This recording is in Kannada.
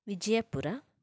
ವಿಜಯಪುರ